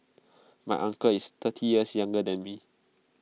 my uncle is thirty years younger than me